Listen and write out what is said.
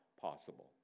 possible